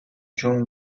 جون